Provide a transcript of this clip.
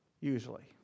usually